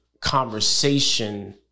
conversation